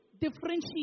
differentiate